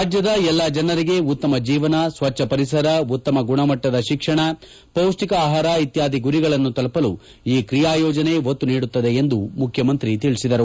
ರಾಜ್ಯದ ಎಲ್ಲ ಜನರಿಗೆ ಉತ್ತಮ ಜೀವನ ಸ್ವಚ್ಛ ಪರಿಸರ ಉತ್ತಮ ಗುಣಮಟ್ಟದ ಶಿಕ್ಷಣ ಪೌಷ್ಟಿಕ ಆಹಾರ ಇತ್ಯಾದಿ ಗುರಿಗಳನ್ನು ತಲುಪಲು ಈ ಕ್ರಿಯಾ ಯೋಜನೆ ಒತ್ತು ನೀಡುತ್ತದೆ ಎಂದು ಮುಖ್ಯಮಂತ್ರಿ ತಿಳಿಸಿದರು